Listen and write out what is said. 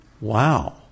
wow